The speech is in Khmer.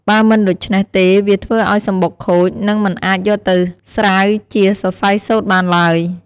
បើមិនដូច្នេះទេវាធ្វើឱ្យសំបុកខូច នឹងមិនអាចយកទៅស្រាវជាសរសៃសូត្របានឡើយ។